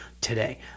today